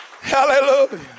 Hallelujah